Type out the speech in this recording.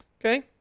Okay